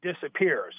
disappears